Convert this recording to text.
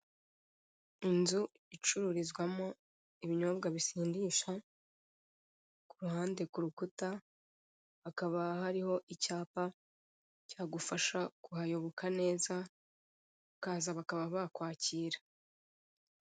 Inzu icurururizwamo ibinyobwa bisindisha, ku ruhande ku rukuta hakaba hariho icyapa cyagufasha kubayoboka neza bakaba bakwakira.